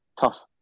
Tough